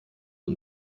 und